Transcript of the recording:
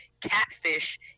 catfish